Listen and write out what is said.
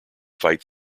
fight